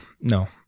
no